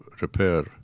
repair